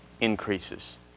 increases